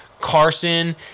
Carson